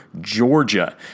Georgia